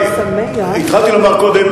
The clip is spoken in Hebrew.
התחלתי לומר קודם,